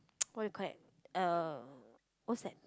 what you call that uh what's that